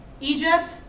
Egypt